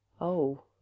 Oh